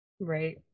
Right